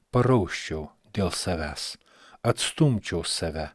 parausčiau dėl savęs atstumčiau save